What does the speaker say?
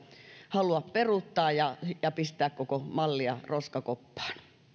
halua peruuttaa ja pistää koko mallia roskakoppaan